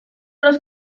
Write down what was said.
los